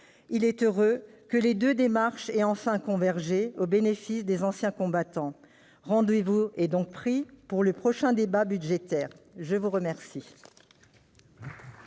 Il est heureux que les deux démarches aient enfin convergé au bénéfice des anciens combattants. Rendez-vous est donc pris pour le prochain débat budgétaire ! La parole